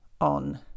on